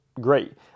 great